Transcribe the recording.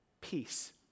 peace